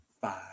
five